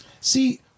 see